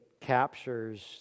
captures